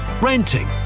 renting